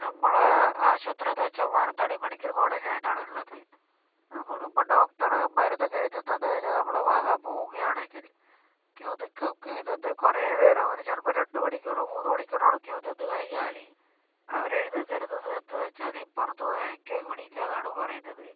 ഞമ്മള് ആശുത്രിന്ന് വെച്ചാൽ മാനന്തവാടി മെഡിക്കൽ കോളേജായിട്ടാണ് ഇള്ളത് അവിടെ ഇപ്പോൾ ഡോക്ടറ് മരുന്നൊക്കെ എഴുതിത്തന്ന കഴിഞ്ഞാൽ ഞമ്മള് വാങ്ങാൻ പോവുകയാണെങ്കിൽ ക്യു നിൽക്കും ക്യു നിന്ന് കുറെ നേരം ചിലപ്പോൾ രണ്ട് മൂന്ന് മണിക്കൂറോളം അവിടെ ക്യു നിന്ന് കഴിഞ്ഞാല് അവരെഴുതി തരുന്നതെന്തെന്ന് വെച്ചാല് പുറത്ത് വാങ്ങിക്കുക ഇവിടെയില്ലന്നാണ് പറയുന്നത്